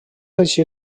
així